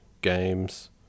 games